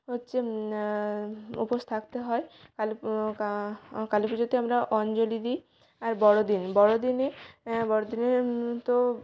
হচ্ছে উপোস থাকতে হয় কালী কালী পুজোতে আমরা অঞ্জলি দিই আর বড়দিন বড়দিনে বড়দিনে তো